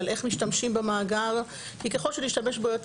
על איך משתמשים במאגר כי ככל שנשתמש בו יותר